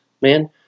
man